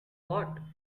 what